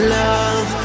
love